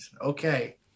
okay